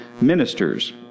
ministers